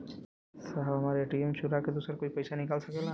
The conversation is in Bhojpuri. साहब हमार ए.टी.एम चूरा के दूसर कोई पैसा निकाल सकेला?